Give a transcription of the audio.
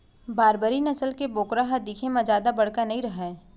बारबरी नसल के बोकरा ह दिखे म जादा बड़का नइ रहय